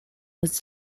was